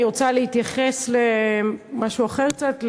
אני רוצה להתייחס למשהו אחר קצת,